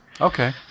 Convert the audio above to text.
Okay